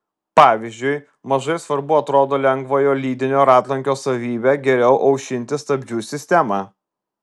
pavyzdžiui mažai svarbu atrodo lengvojo lydinio ratlankio savybė geriau aušinti stabdžių sistemą